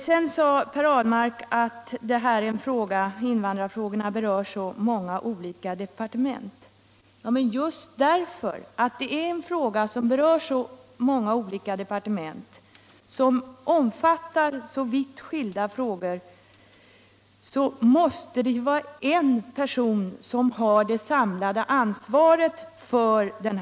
Sedan sade Per Ahlmark att invandrarfrågorna berör många olika departement. Men just därför att de berör så många olika departement som omfattar så vitt skilda frågor måste det finnas en person som har det samlade ansvaret för dem.